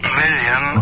million